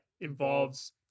involves